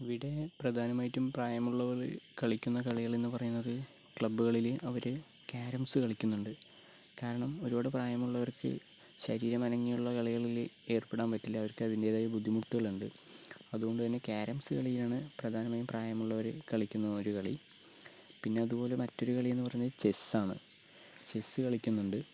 ഇവിടെ പ്രധാനമായിട്ടും പ്രായമുള്ളവര് കളിക്കുന്ന കളികൾ എന്ന് പറയുന്നത് ക്ലബുകളില് അവര് ക്യാരംസ് കളിക്കുന്നുണ്ട് കാരണം ഒരുപാട് പ്രായമുള്ളവർക്ക് ശരീരം അനങ്ങിയുള്ള കളികളിൽ ഏർപ്പെടാൻ പറ്റില്ല അവർക്ക് അതിന്റേതായ ബുദ്ധിമുട്ടുകളുണ്ട് അതുകൊണ്ടു തന്നെ ക്യാരംസ് കളിയാണ് പ്രധാനമായും പ്രായമുള്ളവര് കളിക്കുന്ന ഒരു കളി പിന്നെ അതുപോലെ മറ്റൊരു കളി എന്ന് പറഞ്ഞത് ചെസ്സ് ആണ് ചെസ്സ് കളിക്കുന്നുണ്ട്